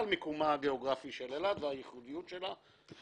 מיקומה הגיאוגרפי של אילת והייחודיות שלה.